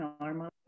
normal